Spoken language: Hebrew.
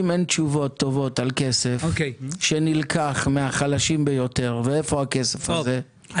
אם אין תשובות טובות על כסף שנלקח מהחלשים ביותר ואיפה הכסף הזה,